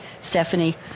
Stephanie